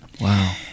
Wow